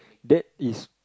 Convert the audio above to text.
that is